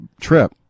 trip